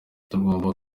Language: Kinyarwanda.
tugomba